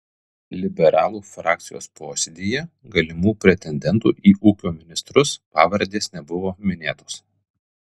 liberalų frakcijos posėdyje galimų pretendentų į ūkio ministrus pavardės nebuvo minėtos